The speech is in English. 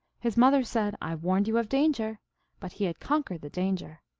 his mother said, i warned you of danger but he had conquered the danger.